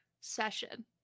session